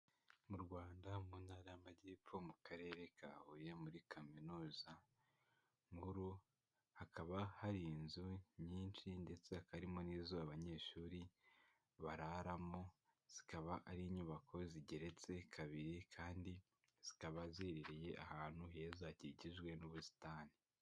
Mu Rwanda mu Ntara y'Amajyepfo mu Karere ka Huye muri Kaminuza nkuru, hakaba hari inzu nyinshi ndetse harimo nk'izo abanyeshuri bararamo, zikaba ari inyubako zigeretse kabiri kandi zikaba ziherereye ahantu heza hakikijwe n'ubusitani.